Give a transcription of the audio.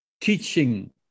teaching